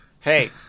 hey